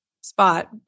spot